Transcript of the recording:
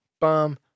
bum